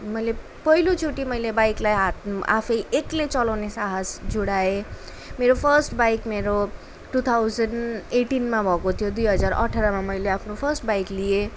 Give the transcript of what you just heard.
मैले पहिलोचोटि मैले बाइकलाई हात आफै एक्लै चलाउने साहस जुटाएँ मेरो फर्स्ट बाइक मेरो टु थाउजन एटिनमा भएको थियो दुई हजार अठारमा मैले आफ्नो फर्स्ट बाइक लिएँ